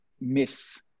miss